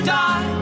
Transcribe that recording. die